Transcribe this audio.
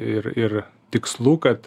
ir ir tikslų kad